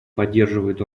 поддерживает